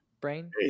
Brain